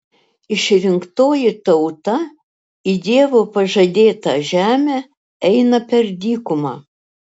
išrinktoji tauta į dievo pažadėtą žemę eina per dykumą